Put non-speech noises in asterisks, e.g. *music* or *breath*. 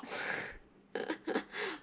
*breath* *laughs*